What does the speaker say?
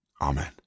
Amen